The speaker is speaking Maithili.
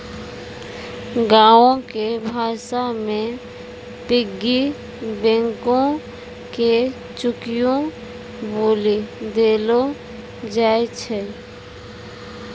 गांवो के भाषा मे पिग्गी बैंको के चुकियो बोलि देलो जाय छै